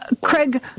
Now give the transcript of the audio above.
Craig